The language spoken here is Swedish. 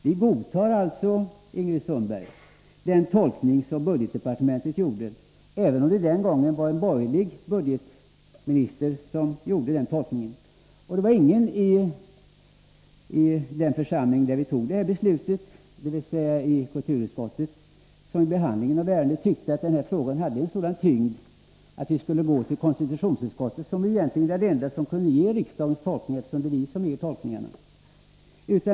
Vi godtar alltså, Ingrid Sundberg, den tolkning som budgetdepartementet gjorde, även om det den gången var en borgerlig budgetminister. Ingen i den församling där detta beslut fattades, dvs. i kulturutskottet, tyckte under behandlingen av ärendet att denna fråga hade en sådan tyngd att vi skulle gå till konstitutionsutskottet, som egentligen är den enda instans som kan göra riksdagens tolkning.